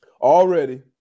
already